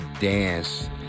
dance